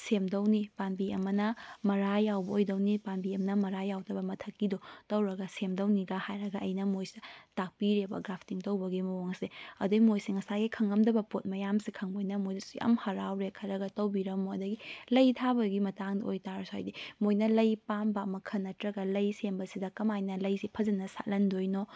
ꯁꯦꯝꯗꯧꯅꯤ ꯄꯥꯟꯕꯤ ꯑꯃꯅ ꯃꯔꯥ ꯌꯥꯎꯕ ꯑꯣꯏꯗꯧꯅꯤ ꯄꯥꯟꯕꯤ ꯑꯃꯅ ꯃꯔꯥ ꯌꯥꯎꯗꯕ ꯃꯊꯛꯀꯤꯗꯣ ꯇꯧꯔꯒ ꯁꯦꯝꯗꯧꯅꯤꯒ ꯍꯥꯏꯔꯒ ꯑꯩꯅ ꯃꯣꯏꯁꯤ ꯇꯥꯛꯄꯤꯔꯦꯕ ꯒ꯭ꯔꯥꯐꯇꯤꯡ ꯇꯧꯕꯒꯤ ꯃꯑꯣꯡ ꯑꯁꯦ ꯑꯗꯒꯤ ꯃꯣꯏꯁꯦ ꯉꯁꯥꯏꯒꯤ ꯈꯪꯂꯝꯗꯕ ꯄꯣꯠ ꯃꯌꯥꯝꯁꯤ ꯈꯪꯕꯅꯤꯅ ꯃꯣꯏꯗꯁꯨ ꯌꯥꯝ ꯍꯔꯥꯎꯔꯦ ꯈꯔꯒ ꯇꯧꯕꯤꯔꯝꯃꯣ ꯑꯗꯒꯤ ꯂꯩ ꯊꯥꯕꯒꯤ ꯃꯇꯥꯡꯗ ꯑꯣꯏꯇꯥꯔꯁꯨ ꯍꯥꯏꯗꯤ ꯃꯣꯏꯅ ꯂꯩ ꯄꯥꯝꯕ ꯃꯈꯜ ꯅꯠꯇ꯭ꯔꯒ ꯂꯩ ꯁꯦꯝꯕꯁꯤꯗ ꯀꯔꯝꯍꯥꯏꯅ ꯂꯩꯁꯤ ꯐꯖꯅ ꯁꯥꯠꯍꯟꯗꯣꯏꯅꯣ